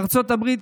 בארצות הברית,